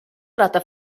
rata